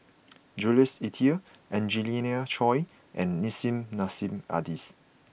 Jules Itier Angelina Choy and Nissim Nassim Adis